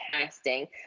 casting